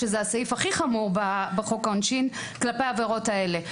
שזה הסעיף הכי חמור בחוק העונשים כלפי העבירות האלה.